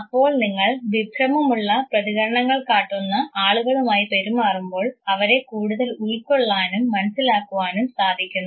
അപ്പോൾ നിങ്ങൾ വിഭ്രമം ഉള്ള പ്രതികരണങ്ങൾ കാട്ടുന്ന ആളുകളുമായി പെരുമാറുമ്പോൾ അവരെ കൂടുതൽ ഉൾക്കൊള്ളാനും മനസ്സിലാക്കുവാനും സാധിക്കുന്നു